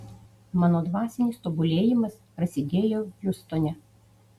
mano dvasinis tobulėjimas prasidėjo hjustone